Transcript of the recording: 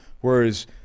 Whereas